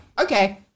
okay